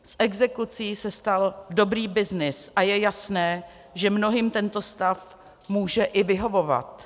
Z exekucí se stal dobrý byznys a je jasné, že mnohým tento stav může i vyhovovat.